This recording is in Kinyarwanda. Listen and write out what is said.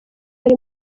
ari